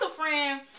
friend